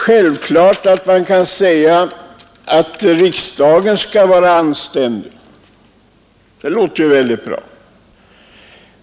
Självfallet kan man säga att riksdagen skall vara anständig — det låter ju väldigt bra.